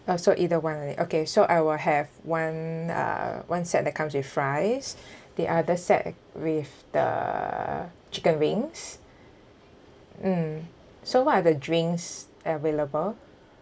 uh so either one only okay so I will have one uh one set that comes with fries the other set with the chicken wings mm so what are the drinks available